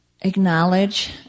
acknowledge